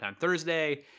Thursday